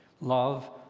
Love